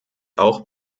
auch